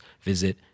visit